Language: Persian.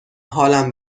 حالم